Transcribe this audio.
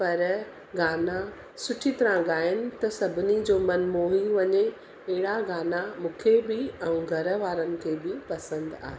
पर गाना सुठी तरह गायनि त सभिनी जो मन मोही वञे अहिड़ा गाना मूंखे बि ऐं घर वारनि खे बि पसंदि आहे